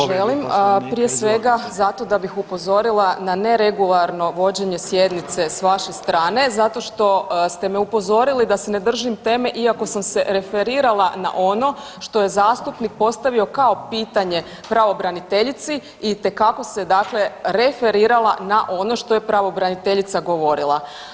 Da želim, prije svega zato da bih upozorila na regularno vođenje sjednice s vaše strane zato što ste me upozorili da se ne držim teme iako sam se referirala na ono što je zastupnik postavio kao pitanje pravobraniteljici itekako se dakle referirala na ono što je pravobraniteljica govorila.